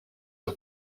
for